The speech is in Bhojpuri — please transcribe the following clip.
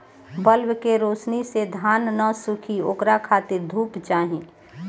बल्ब के रौशनी से धान न सुखी ओकरा खातिर धूप चाही